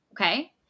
Okay